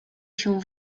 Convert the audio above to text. się